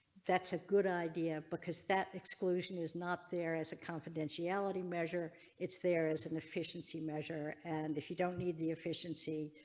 that's a good idea, because that exclusion is not there as a confidentiality measure its there is an efficiency measure, and if you don't need the efficiency